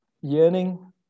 yearning